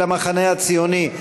של המחנה הציוני.